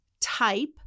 type